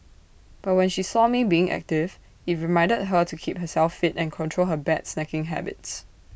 but when she saw me being active IT reminded her to keep herself fit and control her bad snacking habits